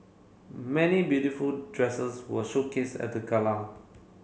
many beautiful dresses were showcased at the gala